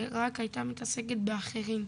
היא רק הייתה מתעסקת באחרים.